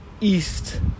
East